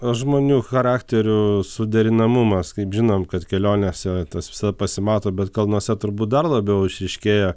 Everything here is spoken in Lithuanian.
o žmonių charakterių suderinamumas kaip žinom kad kelionėse tas visa pasimato bet kalnuose turbūt dar labiau išryškėja